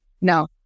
No